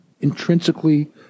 intrinsically